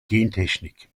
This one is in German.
gentechnik